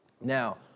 now